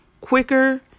quicker